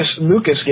Lucas